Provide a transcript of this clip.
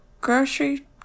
grocery